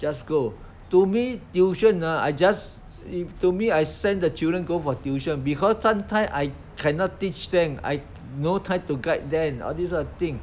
just go to me tuition ah I just to me I send the children go for tuition because sometimes I cannot teach them I no time to guide them all these kind of thing